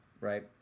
right